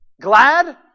glad